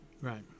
right